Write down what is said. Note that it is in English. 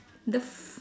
the f~